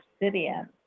obsidian